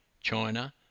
China